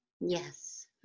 yes